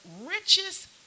richest